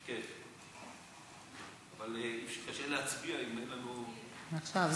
כן, אבל קשה להצביע אם אין לנו, בבקשה.